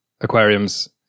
aquariums